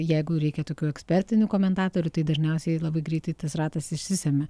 jeigu reikia tokių ekspertinių komentatorių tai dažniausiai labai greitai tas ratas išsisemia